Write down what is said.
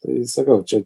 tai sakau čia